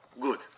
Good